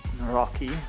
Rocky